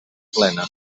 plena